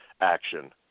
action